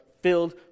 filled